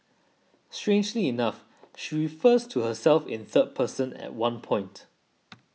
strangely enough she refers to herself in third person at one point